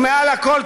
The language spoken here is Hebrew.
ומעל הכול,